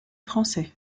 français